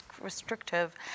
restrictive